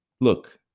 Look